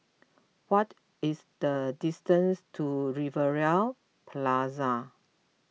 what is the distance to Rivervale Plaza